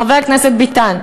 חבר הכנסת ביטן.